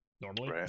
normally